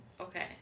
Okay